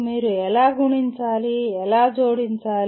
మీరు ఎలా గుణించాలి ఎలా జోడించాలి